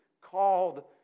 called